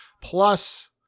Plus